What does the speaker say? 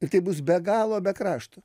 ir taip bus be galo be krašto